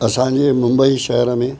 असांजे मुंबई शहिर में